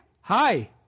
Hi